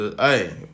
Hey